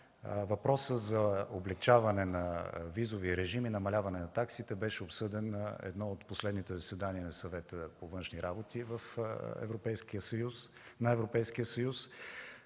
въпросът за облекчаване на визовия режим и намаляване на таксите беше обсъден на едно от последните заседания на Съвета по външни работи на Европейския съюз.